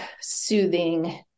soothing